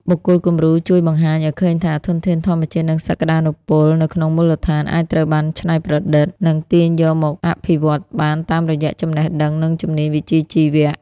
បុគ្គលគំរូជួយបង្ហាញឱ្យឃើញថា ធនធានធម្មជាតិ និងសក្ដានុពលនៅក្នុងមូលដ្ឋាន អាចត្រូវបានច្នៃប្រឌិត និងទាញយកមកអភិវឌ្ឍបានតាមរយៈចំណេះដឹង និងជំនាញវិជ្ជាជីវៈ។